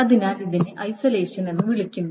അതിനാൽ അതിനെ ഐസലേഷൻ എന്ന് വിളിക്കുന്നു